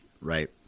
Right